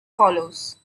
follows